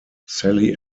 sally